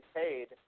paid